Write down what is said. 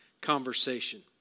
conversation